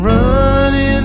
Running